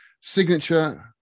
Signature